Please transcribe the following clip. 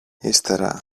ύστερα